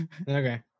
Okay